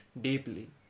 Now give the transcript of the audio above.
deeply